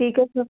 ਠੀਕ ਹੈ ਸਰ